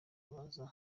baza